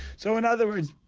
so in other words,